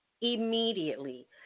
immediately